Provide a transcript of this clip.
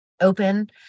open